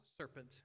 serpent